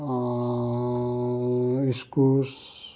इस्कुस